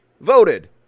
voted